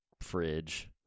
fridge